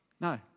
No